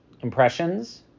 impressions